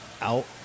out